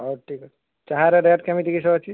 ହଉ ଠିକ୍ଅଛି ଚାହାର ରେଟ୍ କେମିତି କିସ ଅଛି